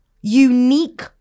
Unique